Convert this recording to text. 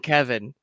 Kevin